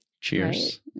Cheers